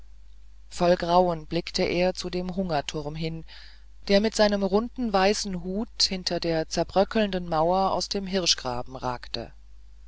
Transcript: voll grauen blickte er zu dem hungerturm hin der mit seinem runden weißen hut hinter der zerbröckelnden mauer aus dem hirschgraben ragte